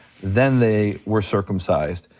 then they were circumcised.